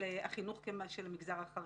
של החינוך במגזר החרדי.